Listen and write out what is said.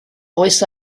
oes